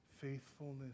faithfulness